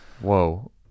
Whoa